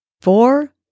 four